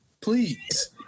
Please